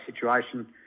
situation